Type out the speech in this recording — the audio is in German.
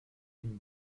ihn